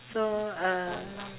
so uh